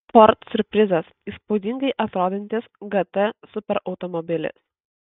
ford siurprizas įspūdingai atrodantis gt superautomobilis